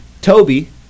Toby